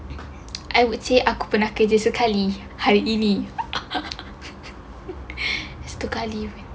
I would say aku pernah kerja sekali hari ini satu kali